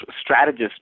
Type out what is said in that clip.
strategist